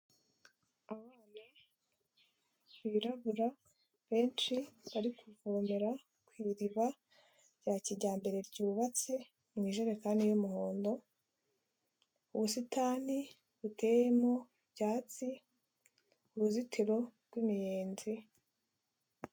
Abana birabura benshi bari kuvomera ku iriba rya kijyambere ryubatse, mu ijerekani y'umuhondo, ubusitani buteyemo byatsi, uruzitiro rw'imiyezi.